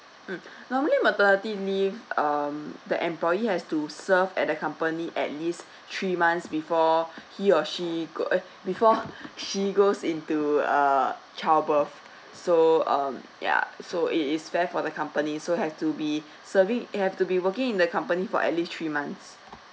mm normally maternity leave um the employee has to serve at the company at least three months before he or she go uh before she goes into err child birth so um yeah so it is fair for the company so have to be serving it have to be working in the company for at least three months